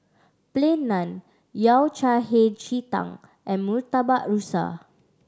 Plain Naan Yao Cai Hei Ji Tang and Murtabak Rusa